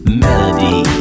melody